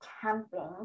camping